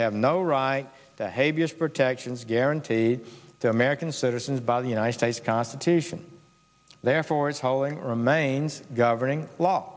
have no right to habeas protections guaranteed to american citizens by the united states constitution therefore is hauling remains governing law